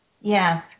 Yes